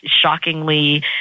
shockingly